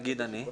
נגיד אני?